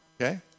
Okay